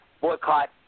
boycott